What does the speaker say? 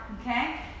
Okay